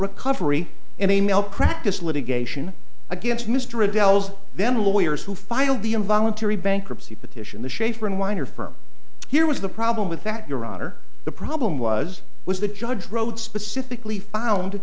recovery and a mail practice litigation against mr adele's then lawyers who filed the involuntary bankruptcy petition the schaefer unwinder firm here was the problem with that your honor the problem was was the judge wrote specifically found